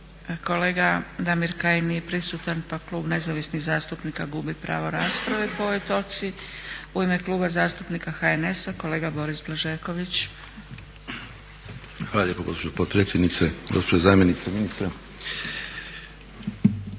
Kolega Damir Kajin nije prisutan pa Klub Nezavisnih zastupnika gubi pravo rasprave po ovoj točci. U ime Kluba zastupnika HNS-a kolega Boris Blažeković. **Blažeković, Boris (HNS)** Hvala